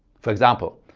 for example,